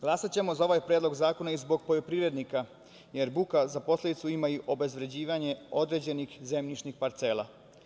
Glasaćemo za ovaj predlog zakona i zbog poljoprivrednika, jer buka za posledicu ima i obezvređivanje određenih zemljišnih parcela.